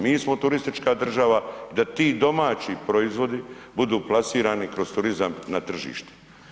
Mi smo turistička država da ti domaći proizvodi budu plasirani kroz turizam na tržište.